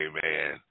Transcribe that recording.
Amen